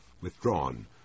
withdrawn